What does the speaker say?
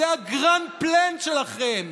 זה ה-grand plan שלכם.